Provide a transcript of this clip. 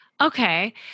Okay